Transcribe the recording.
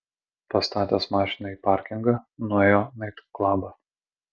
pastatęs mašiną į parkingą nuėjo naitklabą